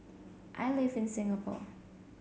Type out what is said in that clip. I live in Singapore